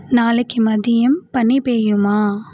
நாளைக்கு மதியம் பனி பெய்யுமா